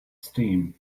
steam